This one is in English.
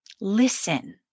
Listen